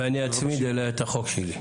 אני שמחה לארח את חבר הכנסת יעקב מרגי,